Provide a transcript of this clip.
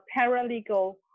paralegal